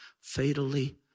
fatally